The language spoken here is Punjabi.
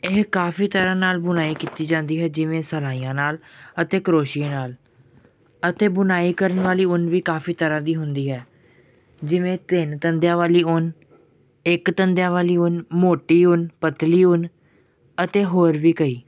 ਇਹ ਕਾਫ਼ੀ ਤਰ੍ਹਾਂ ਨਾਲ ਬੁਣਾਈ ਕੀਤੀ ਜਾਂਦੀ ਹੈ ਜਿਵੇਂ ਸਿਲਾਈਆਂ ਨਾਲ ਅਤੇ ਕਰੋਸ਼ੀਏ ਨਾਲ ਅਤੇ ਬੁਣਾਈ ਕਰਣ ਵਾਲੀ ਉੱਨ ਵੀ ਕਾਫ਼ੀ ਤਰ੍ਹਾਂ ਦੀ ਹੁੰਦੀ ਹੈ ਜਿਵੇਂ ਤਿੰਨ ਤੰਦਿਆਂ ਵਾਲੀ ਉੱਨ ਇੱਕ ਤੰਦਿਆਂ ਵਾਲੀ ਉੱਨ ਮੋਟੀ ਉੱਨ ਪਤਲੀ ਉੱਨ ਅਤੇ ਹੋਰ ਵੀ ਕਈ